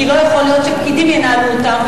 כי לא יכול להיות שפקידים ינהלו אותם,